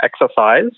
exercise